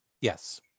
Yes